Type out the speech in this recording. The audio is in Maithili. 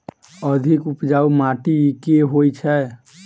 अधिक उपजाउ माटि केँ होइ छै?